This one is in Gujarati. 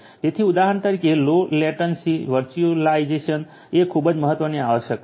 તેથી ઉદાહરણ તરીકે લો લેટન્સી વર્ચ્યુઅલાઇઝેશન એ ખૂબ મહત્વની આવશ્યકતા છે